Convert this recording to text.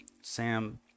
Sam